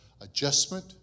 adjustment